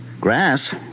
Grass